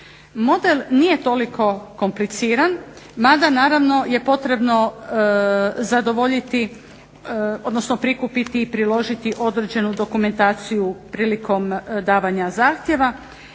Model nije toliko kompliciran, mada naravno je potrebno zadovoljiti, odnosno prikupiti i priložiti određenu dokumentaciju prilikom davanja zahtjeva.